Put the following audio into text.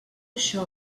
això